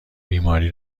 بیماری